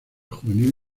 juvenil